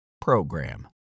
PROGRAM